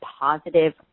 positive